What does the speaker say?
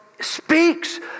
speaks